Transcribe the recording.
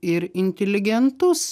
ir inteligentus